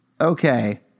Okay